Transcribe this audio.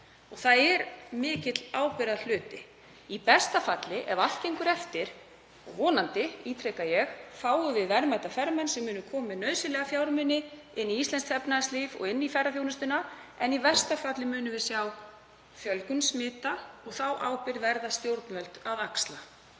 Það er mikill ábyrgðarhluti. Í besta falli, ef allt gengur eftir — vonandi, ítreka ég — fáum við verðmæta ferðamenn sem munu koma með nauðsynlega fjármuni inn í íslenskt efnahagslíf og ferðaþjónustuna en í versta falli munum við sjá fjölgun smita. Þá ábyrgð verða stjórnvöld að axla.